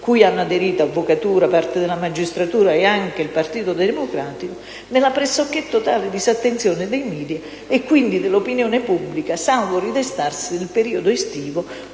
cui hanno aderito l'avvocatura, parte della magistratura e anche il Partito Democratico, nella pressoché totale disattenzione dei *media* e quindi dell'opinione pubblica, salvo ridestarsi nel periodo estivo,